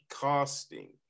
casting